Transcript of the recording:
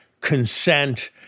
Consent